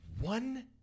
one